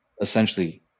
essentially